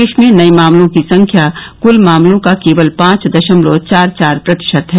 देश में नये मामलों की संख्या कूल मामलों का केवल पांच दशमलव चार चार प्रतिशत है